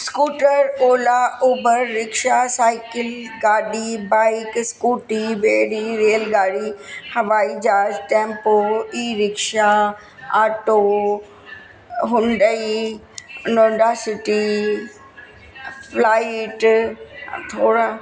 scooter Ola Uber rickshaw cycle गाॾी bike scooty बेड़ी rail गाॾी हवाई जहाज tempo e rickshaw auto Hyundai Honda City flight थोरा